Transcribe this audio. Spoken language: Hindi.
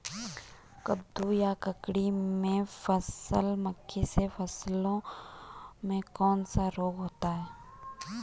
कद्दू या ककड़ी में फल मक्खी से फलों में कौन सा रोग होता है?